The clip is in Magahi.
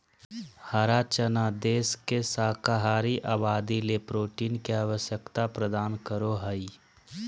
हरा चना देश के शाकाहारी आबादी ले प्रोटीन के आवश्यकता प्रदान करो हइ